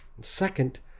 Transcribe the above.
Second